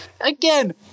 again